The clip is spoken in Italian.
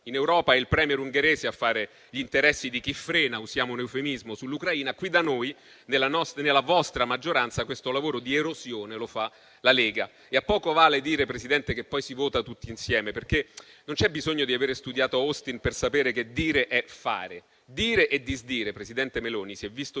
In Europa è il *Premier* ungherese a fare gli interessi di chi frena - usiamo un eufemismo sull'Ucraina - e qui da noi, nella vostra maggioranza, il lavoro di erosione lo fa la Lega. A poco vale dire, Presidente, che poi si vota tutti insieme, perché non c'è bisogno di aver studiato Austin per sapere che dire è fare; dire e disdire, Presidente Meloni, come si è visto ieri, e